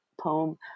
poem